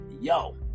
yo